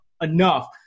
enough